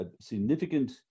significant